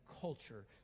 culture